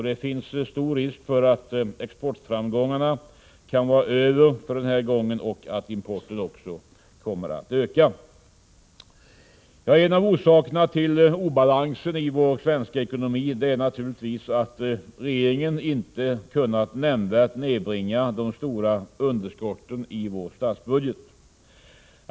Det finns stor risk för att exportframgångarna kan vara över för den här gången och att importen ökar. En av orsakerna till obalansen i vår svenska ekonomi är naturligtvis att regeringen inte kunnat nämnvärt nedbringa de stora underskotten i vår statsbudget.